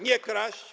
Nie kraść.